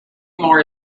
more